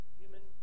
human